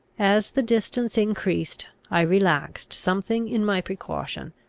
as the distance increased, i relaxed something in my precaution,